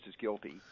guilty